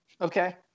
Okay